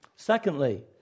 Secondly